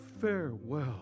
Farewell